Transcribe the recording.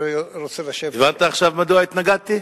הבנת עכשיו מדוע התנגדתי?